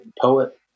Poet